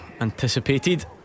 anticipated